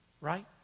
Right